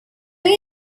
you